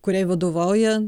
kuriai vadovauja